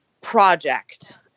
project